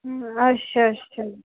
अच्छा अच्छा